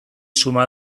suma